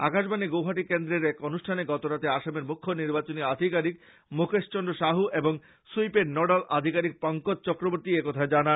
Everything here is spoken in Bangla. আকাশবাণী গুয়াহাটি কেন্দ্রের এক অনুষ্ঠানে গতরাত্রে আসামের মুখ্য নির্বাচনী আধিকারিক মুকেশ চন্দ্র সাহু এবং স্যুইপের নোড্যাল আধিকারিক পংকজ চক্রবর্তী এবিষয়ে জানান